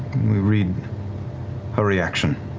we read her reaction.